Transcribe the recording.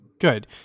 Good